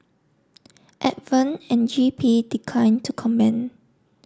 advent and G P declined to comment